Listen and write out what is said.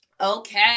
Okay